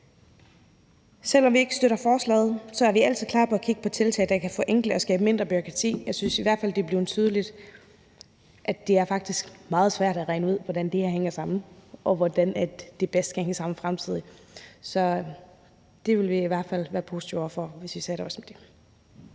Selv om vi ikke støtter forslaget her, er vi altid klar på at kigge på tiltag, der kan forenkle og skabe mindre bureaukrati. Jeg synes i hvert fald, det er blevet tydeligt, at det faktisk er meget svært at regne ud, hvordan det her hænger sammen, og hvordan det bedst kan hænge sammen i fremtiden. Så det ville vi i hvert fald være positive over for, hvis vi satte os ned med det.